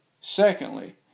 Secondly